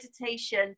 meditation